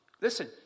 listen